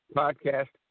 podcast